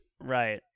Right